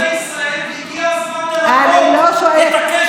בלי בושה אנחנו אומרים את זה.